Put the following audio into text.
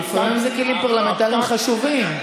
לפעמים אלה כלים פרלמנטריים חשובים.